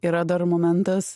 yra dar momentas